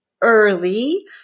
early